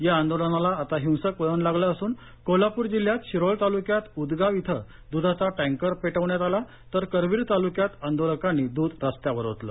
या आंदोलनाला आता हिंसक वळण लागलं असून कोल्हापूर जिल्ह्यात शिरोळ तालुक्यात उदगाव इथं द्धाचा टँकर पेटवण्यात आला तर करवीर तालुक्यात आंदोलकांनी दूध रस्त्यावर ओतलं